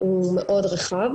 הוא מאוד רחב,